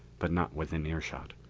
but not within earshot.